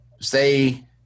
say